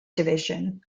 division